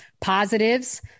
positives